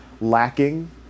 lacking